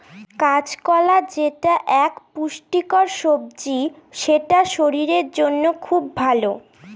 কাঁচকলা যেটা এক পুষ্টিকর সবজি সেটা শরীরের জন্য খুব ভালো